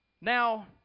Now